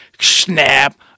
Snap